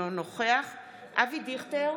אינו נוכח אבי דיכטר,